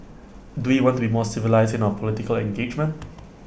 do we want to be more civilised in our political engagement